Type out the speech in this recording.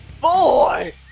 boy